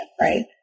right